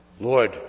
Lord